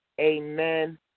amen